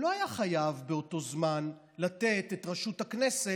לא היו חייבים באותו זמן לתת את ראשות הכנסת,